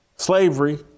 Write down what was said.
Slavery